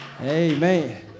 Amen